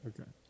Okay